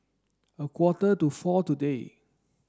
a quarter to four today